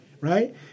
right